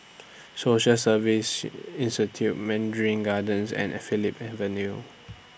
Social Service Institute Mandarin Gardens and Phillips Avenue